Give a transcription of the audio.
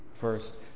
first